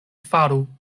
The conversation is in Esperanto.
faru